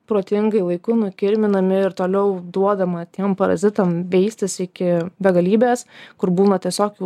protingai laiku nukirminami ir toliau duodama tiem parazitam veistis iki begalybės kur būna tiesiog jau